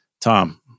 Tom